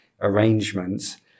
arrangements